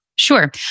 Sure